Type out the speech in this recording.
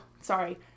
sorry